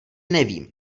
nevím